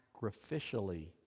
sacrificially